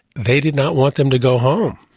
they did not want them to go home.